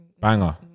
Banger